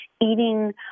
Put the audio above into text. eating